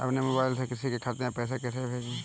अपने मोबाइल से किसी के खाते में पैसे कैसे भेजें?